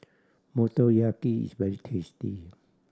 Motoyaki is very tasty